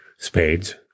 Spades